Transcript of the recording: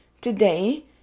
Today